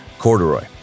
Corduroy